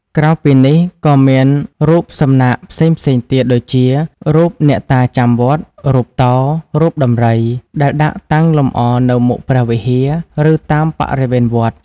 ក្រៅពីនេះ ក៏មានរូបសំណាកផ្សេងៗទៀតដូចជា រូបអ្នកតាចាំវត្ត រូបតោ រូបដំរី ដែលដាក់តាំងលម្អនៅមុខព្រះវិហារ ឬតាមបរិវេណវត្ត។